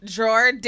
Drawer